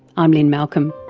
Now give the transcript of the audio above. i'm lynne malcolm.